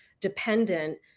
dependent